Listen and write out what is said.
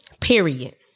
period